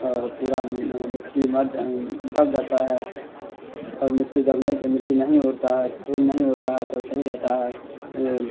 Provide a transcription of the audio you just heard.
اور پورا مٹی مر جا دب جاتا ہے اور مٹی دبنے کے مٹی نہیں اڑتا ہے تو دھول نہیں اڑتا ہے تو صحیح رہتا ہے